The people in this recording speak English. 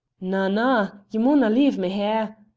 na, na! ye mauna leave me here!